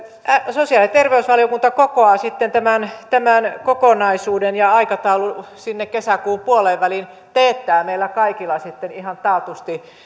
sosiaali ja terveysvaliokunta kokoaa sitten tämän tämän kokonaisuuden ja aikataulu sinne kesäkuun puoleenväliin teettää meillä kaikilla ihan taatusti